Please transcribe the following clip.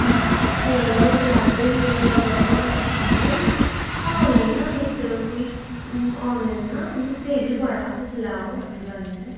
कुते बेल्लै ओह् लैंदे बी नेईं कुतै बेल्लै एह् होंदा लेकिन आनलाइन ना बिच कोई आनलाइन ना इ'यां स्हेई बी बड़ा तुस लैओ ऐसी गल्ल नेईं ऐ